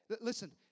Listen